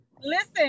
Listen